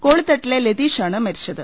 കോളിത്തട്ടിലെ ലതീഷാണ് മരിച്ചത്